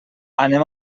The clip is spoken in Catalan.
anem